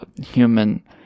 human